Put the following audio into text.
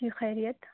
جی خیریت